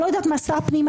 שר פנים,